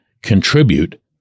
contribute